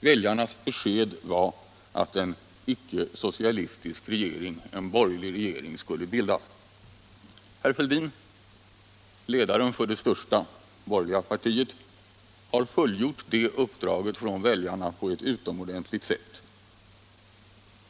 Väljarnas besked var att en icke-socialistisk regering skulle bildas. Herr Fälldin, ledaren för det största borgerliga partiet, har fullgjort uppdraget på ett utomordentligt sätt.